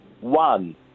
one